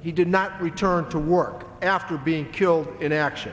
he did not return to work after being killed in action